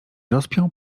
rozpiął